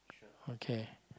okay